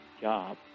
job